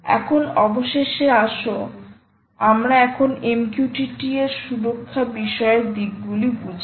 এখন অবশেষে আসো আমরা এখন MQTT র সুরক্ষা বিষয়ের দিকগুলি বুঝি